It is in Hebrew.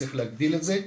צריך להגדיל את זה,